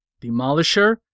Demolisher